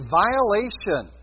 violation